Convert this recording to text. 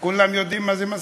כולם יודעים מה זה מסחרה?